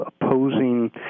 opposing